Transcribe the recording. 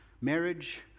marriage